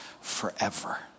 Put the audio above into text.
forever